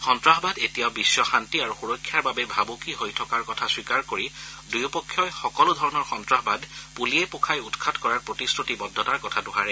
সন্ত্ৰাসবাদ এতিয়াও বিধ্বশান্তি আৰু সুৰক্ষাৰ বাবে ভাবুকি হৈ থকাৰ কথা স্বীকাৰ কৰি দুয়োপক্ষই সকলোধৰণৰ সন্তাসবাদ পুলিয়ে পোখাই উৎখাত কৰাৰ প্ৰতিশ্ৰুতিবদ্ধতাৰ কথা দোহাৰে